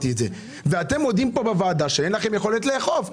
ואתם מודים פה בוועדה שאתם לא יודעים לאכוף.